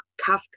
Kafka